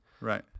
right